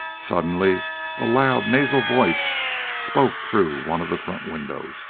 suddenly a loud, nasal voice spoke through one of the front windows